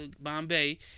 Bombay